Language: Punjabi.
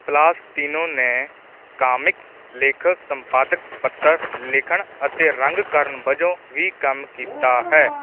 ਪਲਾਸਟੀਨੋ ਨੇ ਕਾਮਿਕਸ ਲੇਖਕ ਸੰਪਾਦਕ ਪੱਤਰ ਲਿਖਣ ਅਤੇ ਰੰਗ ਕਰਨ ਵਜੋਂ ਵੀ ਕੰਮ ਕੀਤਾ ਹੈ